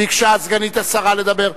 ביקשה סגנית השר לדבר.